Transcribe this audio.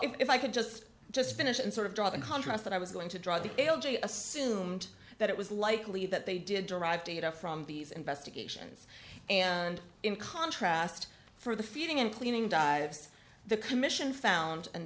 if i could just just finish and sort of draw the contrast that i was going to draw the l g assumed that it was likely that they did derive data from these investigations and in contrast for the feeding and cleaning dives the commission found and